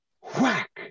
Whack